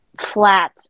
flat